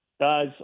Guys